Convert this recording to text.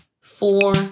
four